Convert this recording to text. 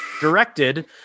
Directed